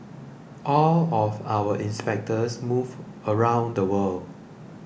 all of our inspectors move around the world